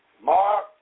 Mark